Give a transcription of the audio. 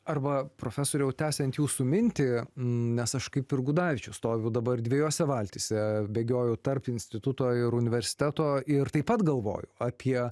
arba profesoriau tęsiant jūsų mintį nes aš kaip ir gudavičius stoviu dabar dviejose valtyse bėgiojau tarp instituto ir universiteto ir taip pat galvoju apie